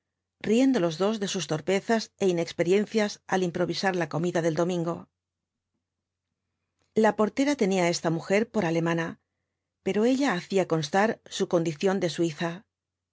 riendo los dos de sus torpezas é inexperiencias al improvisar la comida del domingo la portera tenía á esta mujer por alemana pero ella hacía constar su condición de suiza